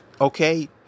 Okay